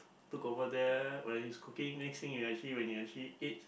look over there when he's cooking next thing you actually when you actually eat